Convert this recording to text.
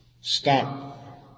stop